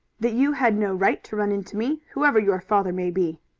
that you had no right to run into me, whoever your father may be.